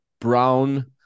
brown